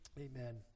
Amen